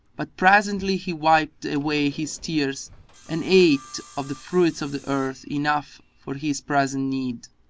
but presently he wiped away his tears and ate of the fruits of the earth enough for his present need.